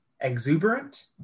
exuberant